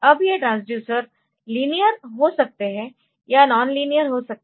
अब ये transducers linear हो सकते है या नॉन लीनियर हो सकते